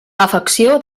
afecció